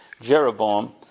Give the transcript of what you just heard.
Jeroboam